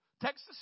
Texas